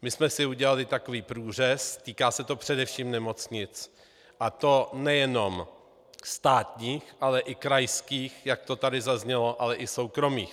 My jsme si udělali takový průřez, týká se to především nemocnic, a to nejenom státních, ale i krajských, jak to tady zaznělo, ale i soukromých.